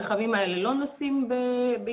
הרכבים האלה לא נוסעים בישראל,